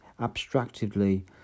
abstractedly